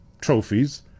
trophies